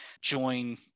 join